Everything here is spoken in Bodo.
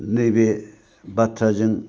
नैबे बाथ्राजों